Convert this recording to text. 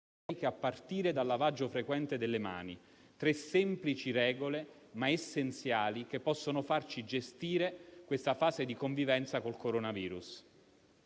a partire dal lavaggio frequente delle mani: tre semplici regole ma essenziali, che possono farci gestire questa fase di convivenza col coronavirus.